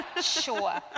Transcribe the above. Sure